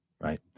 right